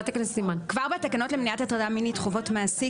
כבר בתקנות למניעת הטרדה מינית (חובת מעסיק),